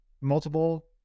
multiple